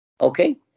Okay